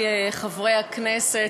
חברי חברי הכנסת,